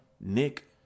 Nick